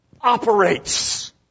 operates